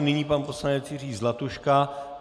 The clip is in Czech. Nyní pan poslanec Jiří Zlatuška.